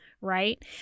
right